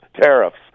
tariffs